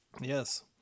yes